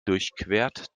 durchquert